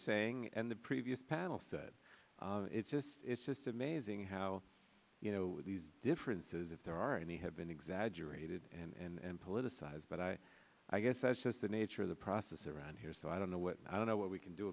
saying and the previous panel said it's just it's just amazing how you know these differences if there are any have been exaggerated and politicized but i i guess that's just the nature of the process around here so i don't know what i don't know what we can do